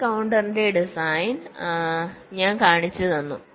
ഈ കൌണ്ടറിന്റെ ഡിസൈൻ ഞാൻ കാണിച്ചുതന്നു